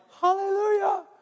hallelujah